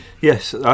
yes